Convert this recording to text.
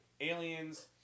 Aliens